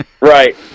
Right